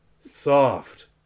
soft